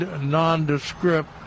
nondescript